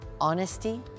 honesty